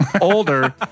older